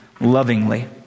lovingly